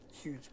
huge